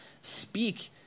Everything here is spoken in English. Speak